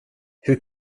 hur